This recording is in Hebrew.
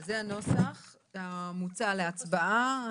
זה הנוסח המוצע להצבעה.